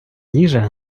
їжа